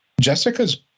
Jessica's